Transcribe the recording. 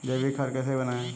जैविक खाद कैसे बनाएँ?